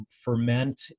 ferment